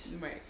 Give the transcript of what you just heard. Right